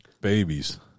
babies